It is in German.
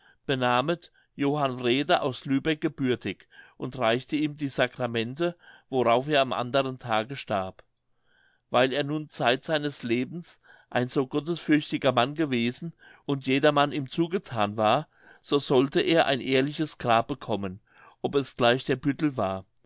benamet johann wrede aus lübeck gebürtig und reichte ihm die sacramente worauf er am anderen tage starb weil er nun zeit seines lebens ein so gottesfürchtiger mann gewesen und jedermann ihm zugethan war so sollte er ein ehrliches grab bekommen ob es gleich der büttel war